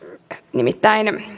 nimittäin